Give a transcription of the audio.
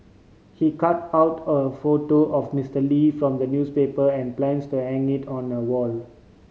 he cut out a photo of Mister Lee from the newspaper and plans to hang it on the wall